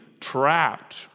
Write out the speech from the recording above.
trapped